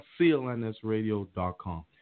CLNSRadio.com